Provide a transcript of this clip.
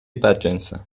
بدجنسم